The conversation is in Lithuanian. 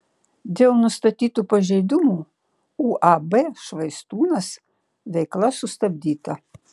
dėl nustatytų pažeidimų uab švaistūnas veikla sustabdyta